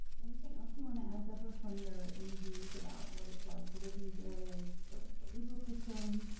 anything else you and add, deborah, from your interviews about what it's like to live in these areas? the the legal system.